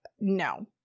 no